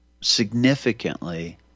Significantly